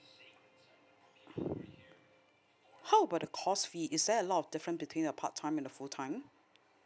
how about the course fee is there a lot of different between a part time and the full time